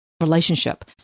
relationship